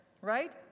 right